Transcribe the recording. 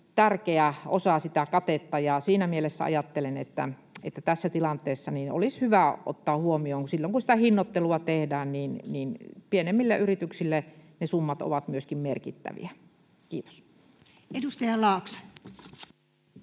tärkeä osa sitä katetta, ja siinä mielessä ajattelen, että se tässä tilanteessa olisi hyvä ottaa huomioon silloin, kun sitä hinnoittelua tehdään, että pienemmille yrityksille ne summat ovat merkittäviä. — Kiitos. Edustaja Laakso.